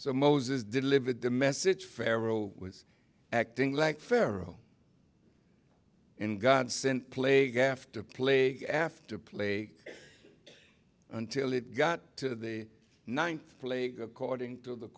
so moses delivered the message pharaoh was acting like pharaoh in god sent plague after play after play until it got to the ninth according to the